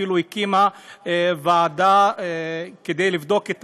היא אפילו הקימה ועדה כדי לבדוק את